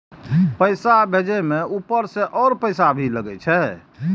पैसा भेजे में ऊपर से और पैसा भी लगे छै?